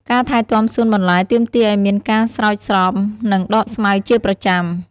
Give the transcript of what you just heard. ការថែទាំសួនបន្លែទាមទារឱ្យមានការស្រោចស្រព និងដកស្មៅជាប្រចាំ។